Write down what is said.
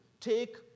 take